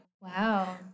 Wow